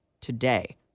today